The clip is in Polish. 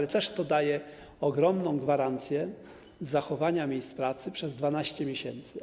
To też daje ogromną gwarancję zachowania miejsc pracy przez 12 miesięcy.